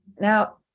now